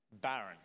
barren